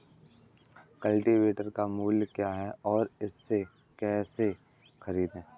Cultivator का मूल्य क्या है और इसे कैसे खरीदें?